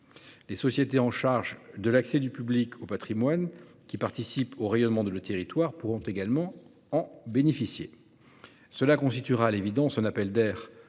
Les sociétés chargées de l'accès du public au patrimoine, qui participent au rayonnement de nos territoires, pourront également en bénéficier. Cela déclenchera à l'évidence un appel d'air